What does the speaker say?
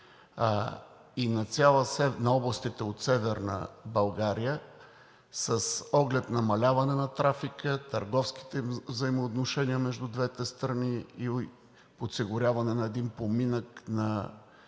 – на областите от Северна България, с оглед намаляване на трафика, търговските взаимоотношения между двете страни и подсигуряване на поминък на